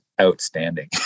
outstanding